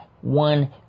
one